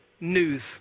news